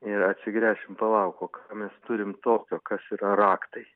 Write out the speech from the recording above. ir atsigręšim palauk o ką mes turim tokio kas yra raktai